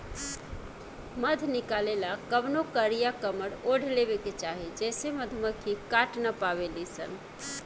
मध निकाले ला कवनो कारिया कमर ओढ़ लेवे के चाही जेसे मधुमक्खी काट ना पावेली सन